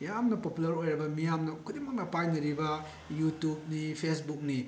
ꯌꯥꯝꯅ ꯄꯣꯄꯨꯂꯔ ꯑꯣꯏꯔꯕ ꯃꯤꯌꯥꯝꯅ ꯈꯨꯗꯤꯡꯃꯛꯅ ꯄꯥꯏꯅꯔꯤꯕ ꯌꯨꯇꯨꯞꯅꯤ ꯐꯦꯁꯕꯨꯛꯅꯤ